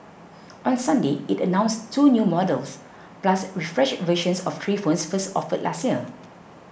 on Sunday it announced two new models plus refreshed versions of three phones first offered last year